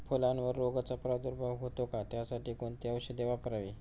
फुलावर रोगचा प्रादुर्भाव होतो का? त्यासाठी कोणती औषधे वापरावी?